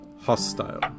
hostile